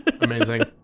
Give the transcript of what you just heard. amazing